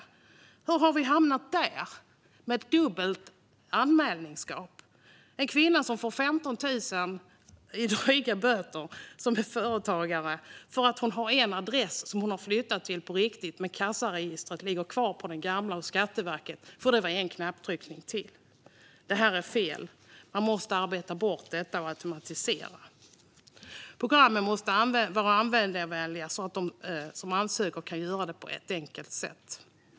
Hur har vi kunnat hamna där, med dubbelt anmälarskap? En kvinnlig företagare får 15 000 kronor i böter för att hon har flyttat på riktigt till en adress, men kassaregistret ligger kvar på den gamla adressen hos Skatteverket eftersom det krävs ytterligare en knapptryckning. Det är fel. Sådant måste arbetas bort och i stället automatiseras. Programmen måste vara användarvänliga så att ansökningar kan ske på ett enkelt sätt.